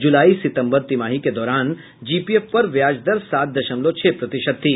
जुलाई सितंबर तिमाही के दौरान जीपीएफ पर ब्याज दर सात दशमलव छह प्रतिशत थी